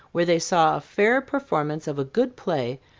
where they saw a fair performance of a good play,